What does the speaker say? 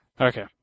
Okay